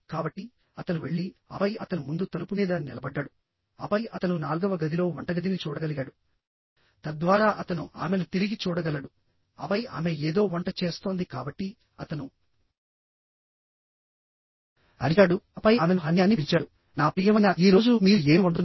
కాబట్టి అతను వెళ్లిఆపై అతను ముందు తలుపు మీద నిలబడ్డాడుఆపై అతను నాల్గవ గదిలో వంటగదిని చూడగలిగాడు తద్వారా అతను ఆమెను తిరిగి చూడగలడు ఆపై ఆమె ఏదో వంట చేస్తోంది కాబట్టి అతను అరిచాడు ఆపై ఆమెను హనీ అని పిలిచాడునా ప్రియమైన ఈ రోజు మీరు ఏమి వండుతున్నారు